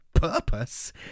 purpose